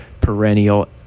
perennial